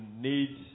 need